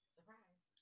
Surprise